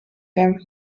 wiem